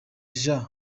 jean